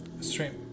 stream